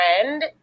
friend